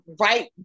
right